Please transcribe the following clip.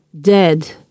dead